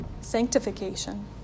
sanctification